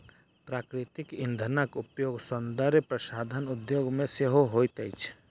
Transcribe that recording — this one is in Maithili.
प्राकृतिक इंधनक उपयोग सौंदर्य प्रसाधन उद्योग मे सेहो होइत अछि